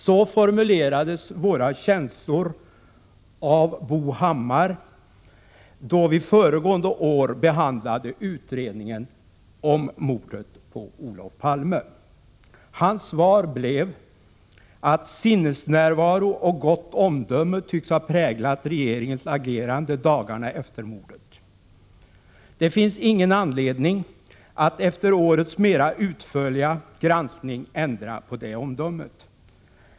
Så formulerades våra känslor av Bo Hammar, då vi föregående år behandlade utredningen om mordet på Olof Palme. Hans svar blev att sinnesnärvaro och gott omdöme tycks ha präglat regeringens agerande dagarna efter mordet. Det finns ingen anledning att efter årets mera utförliga granskning ändra på det omdömet.